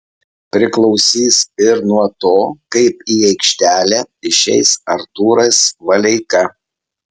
priklausys ir nuo to kaip į aikštelę išeis artūras valeika